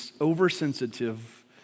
oversensitive